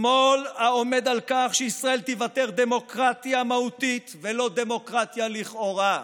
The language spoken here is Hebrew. שמאל העומד על כך שישראל תיוותר דמוקרטיה מהותית ולא דמוקרטיה לכאורה,